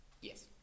Yes